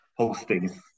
hostings